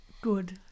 Good